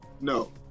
No